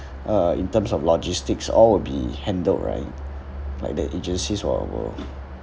uh in terms of logistics all will be handled right like the agencies all will